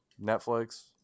Netflix